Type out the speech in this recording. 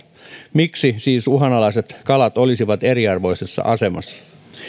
miksi siis uhanalaiset kalat olisivat eriarvoisessa asemassa